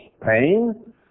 pain